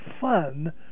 fun